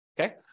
Okay